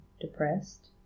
depressed